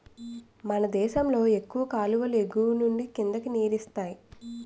మనదేశంలో ఎక్కువ కాలువలు ఎగువనుండి కిందకి నీరిస్తాయి